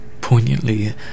poignantly